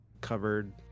covered